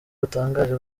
butangaje